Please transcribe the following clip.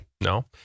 No